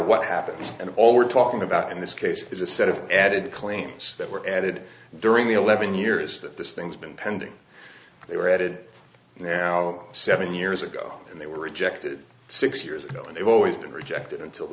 what happens and all we're talking about in this case is a set of added claims that were added during the eleven years that this thing's been pending they were headed there all seven years ago and they were rejected six years ago and they've always been rejected until the